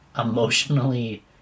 emotionally